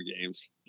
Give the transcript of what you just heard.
games